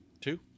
Two